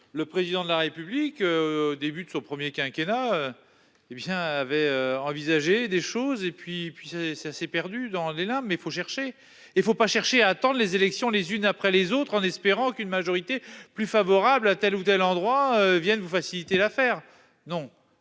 le président de la République au début de son premier quinquennat. Eh bien, avait envisagé des choses et puis puis c'est c'est assez perdu dans les limbes mais faut chercher et faut pas chercher à attendent les élections les unes après les autres, en espérant qu'une majorité plus favorable à tel ou tel endroit viennent vous faciliter l'affaire non